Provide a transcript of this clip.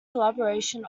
collaboration